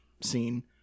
scene